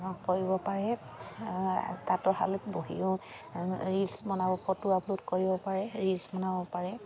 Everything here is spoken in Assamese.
কৰিব পাৰে তাঁতৰ শালত বহিও ৰীলচ বনাব ফটো আপলোড কৰিব পাৰে ৰীলচ বনাব পাৰে